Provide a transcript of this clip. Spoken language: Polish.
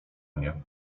mnie